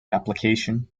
application